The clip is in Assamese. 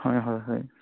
হয় হয় হয়